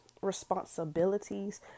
responsibilities